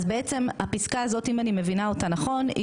אז בעצם הפסקה הזאת אם אני מבינה אותה נכון,